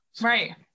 Right